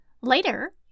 Later